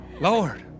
Lord